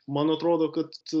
man atrodo kad